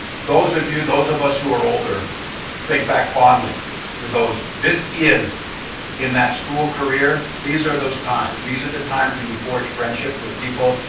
those of you, those of you who are older think back fondly to those, this is in that school career, these are those times, these are the times when you forge friendships with people,